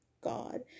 God